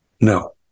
No